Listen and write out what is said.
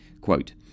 quote